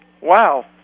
Wow